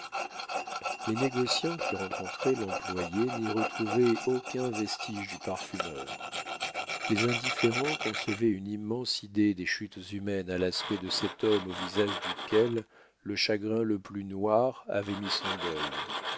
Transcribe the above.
les négociants qui rencontraient l'employé n'y retrouvaient aucun vestige du parfumeur les indifférents concevaient une immense idée des chutes humaines à l'aspect de cet homme au visage duquel le chagrin le plus noir avait mis son deuil